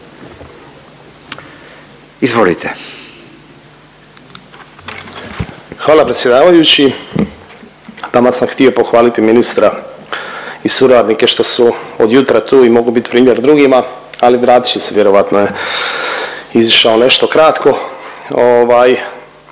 (MOST)** Hvala predsjedavajući. Taman sam htio pohvalit ministra i suradnike što su od jutra tu i mogu bit primjer drugima, ali vratit će se, vjerojatno je izišao nešto kratko.